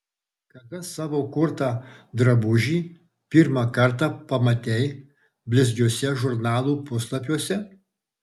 kada savo kurtą drabužį pirmą kartą pamatei blizgiuose žurnalų puslapiuose